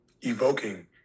evoking